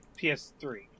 PS3